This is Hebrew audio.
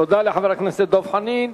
תודה לחבר הכנסת דב חנין.